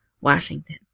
Washington